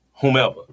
whomever